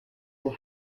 will